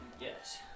Yes